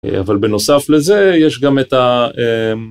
אבל בנוסף לזה, יש גם את ה...